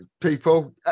people